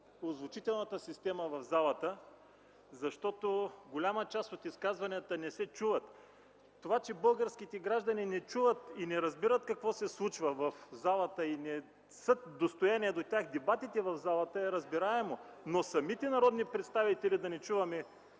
озвучителната система в залата, защото голяма част от изказванията не се чуват. Това, че българските граждани не чуват и не разбират какво се случва в залата и дебатите в залата не са достояние до тях, е разбираемо, но самите народни представители да не чуваме